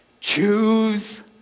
choose